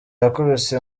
yakubise